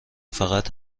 فقط